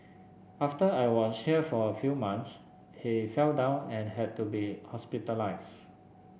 after I was here for a few months he fell down and had to be hospitalised